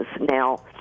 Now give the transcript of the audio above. Now